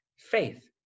Faith